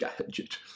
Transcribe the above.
gadget